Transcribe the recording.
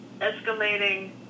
Escalating